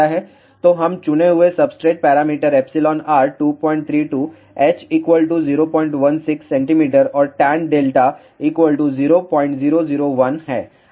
तो हम चुनें कुछ substrate parameter εr 232 h 016 cm और tanδ 0001 है